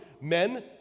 Men